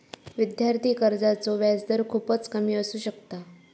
विद्यार्थी कर्जाचो व्याजदर खूपच कमी असू शकता